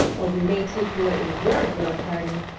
or we may take you at your word, will hardon,